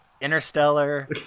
Interstellar